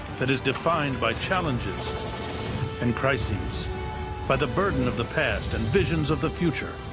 that is defined by challenges and crises by the burden of the past and visions of the future,